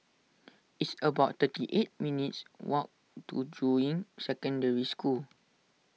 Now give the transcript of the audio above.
it's about thirty eight minutes' walk to Juying Secondary School